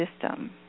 system